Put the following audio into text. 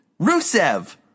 Rusev